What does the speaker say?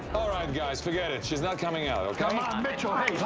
all right, guys, forget it. she's not coming out, okay? come on, mitchell, one